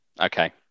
Okay